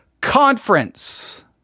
Conference